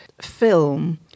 film –